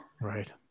Right